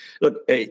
Look